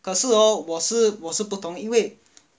可是 hor 我是我是不同因为